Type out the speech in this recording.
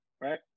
Right